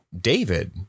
David